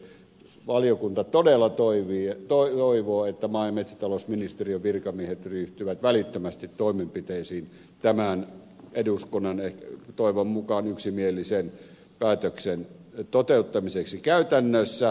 valiokunta todella toivoo että maa ja metsätalousministeriön virkamiehet ryhtyvät välittömästi toimenpiteisiin tämän eduskunnan toivon mukaan yksimielisen päätöksen toteuttamiseksi käytännössä